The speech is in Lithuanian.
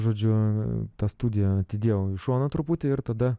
žodžiu tą studiją atidėjau į šoną truputį ir tada